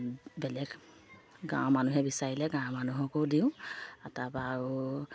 বেলেগ গাঁৱৰ মানুহে বিচাৰিলে গাঁৱৰ মানুহকো দিওঁ তাপা আৰু